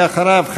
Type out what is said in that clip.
ואחריו,